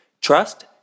Trust